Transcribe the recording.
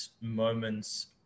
moments